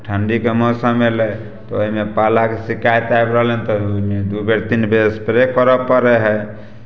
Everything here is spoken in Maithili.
ठण्ढीके मौसम अयलै तऽ ओहिमे पालाके शिकायत आबि रहलै हन तऽ ओहिमे दू बेर तीन बेर स्प्रे करय पड़ै हइ